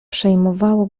przejmowało